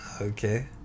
Okay